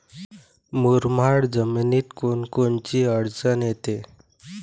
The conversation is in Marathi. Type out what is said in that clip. मुरमाड जमीनीत कोनकोनची अडचन येते?